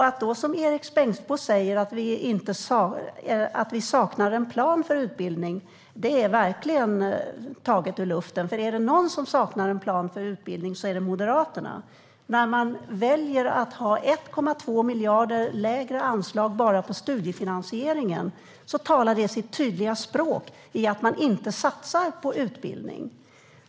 Att då som Erik Bengtzboe säga att vi saknar en plan för utbildning är verkligen taget ur luften. Är det några som saknar en plan för utbildning är det Moderaterna. När man väljer att ha 1,2 miljarder lägre anslag bara till studiefinansieringen talar det sitt tydliga språk. Man satsar inte på utbildning.